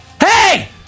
Hey